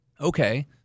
okay